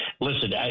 listen